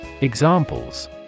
Examples